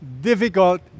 difficult